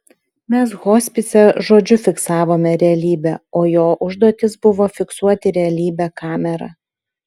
mes hospise žodžiu fiksavome realybę o jo užduotis buvo fiksuoti realybę kamera